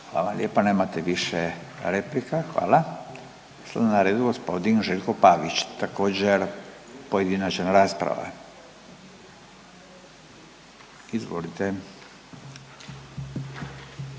Hvala lijepa, nemate više replika, hvala. Sada je na redu g. Željko Pavić također pojedinačna rasprava, izvolite.